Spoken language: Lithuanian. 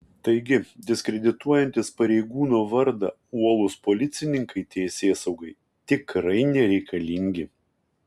taigi diskredituojantys pareigūno vardą uolūs policininkai teisėsaugai tikrai nereikalingi